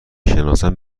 شناسم